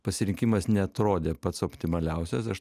pasirinkimas neatrodė pats optimaliausias aš